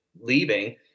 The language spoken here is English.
Leaving